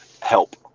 help